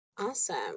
awesome